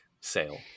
sale